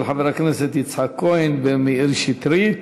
של חברי הכנסת יצחק כהן ומאיר שטרית,